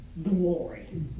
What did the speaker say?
glory